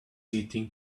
eating